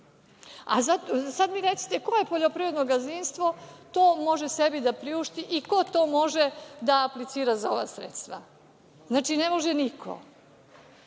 Sad mi recite, koje poljoprivredno gazdinstvo to može sebi da priušti i ko može da aplicira za ova sredstva? Znači, ne može niko.